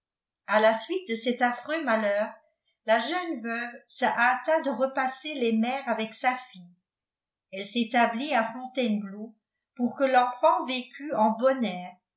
à la suite de cet affreux malheur la jeune veuve se hâta de repasser les mers avec sa fille elle s'établit à fontainebleau pour que l'enfant vécût en